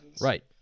right